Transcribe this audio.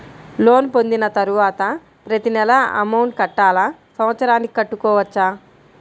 Loan పొందిన తరువాత ప్రతి నెల అమౌంట్ కట్టాలా? సంవత్సరానికి కట్టుకోవచ్చా?